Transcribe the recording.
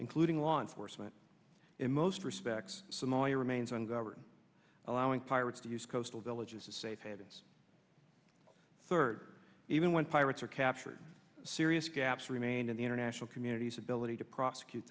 including law enforcement in most respects somalia remains on government allowing pirates to use coastal villages as safe havens third even when pirates are captured serious gaps remain in the international community's ability to prosecute